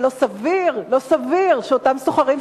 אבל לא סביר שאותם סוחרים,